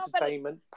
entertainment